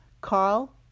Carl